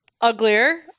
Uglier